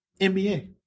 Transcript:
NBA